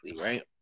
right